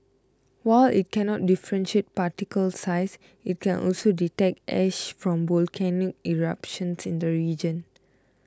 while it cannot differentiate particle size it can also detect ash from volcanic eruptions in the region